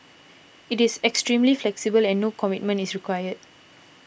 it is extremely flexible and no commitment is required